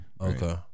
Okay